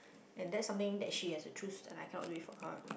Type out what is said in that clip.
and that something that she has to choose that I cannot do it for her